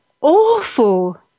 awful